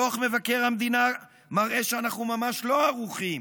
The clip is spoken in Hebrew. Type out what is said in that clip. דוח מבקר המדינה מראה שאנחנו ממש לא ערוכים.